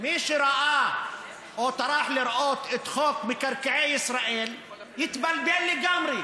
מי שראה או טרח לראות את חוק מקרקעי ישראל יתבלבל לגמרי.